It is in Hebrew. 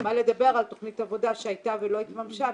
מה לדבר על תכנית עבודה שהייתה ולא התממשה,